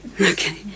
Okay